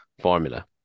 formula